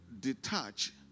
detach